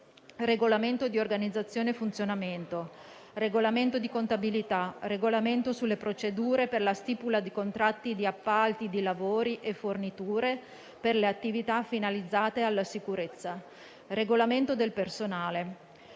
regolamento di organizzazione e funzionamento; regolamento di contabilità; regolamento sulle procedure per la stipula di contratti di appalti, di lavori e di forniture per le attività finalizzate alla sicurezza; regolamento del personale.